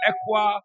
Equa